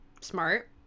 Smart